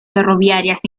ferroviarias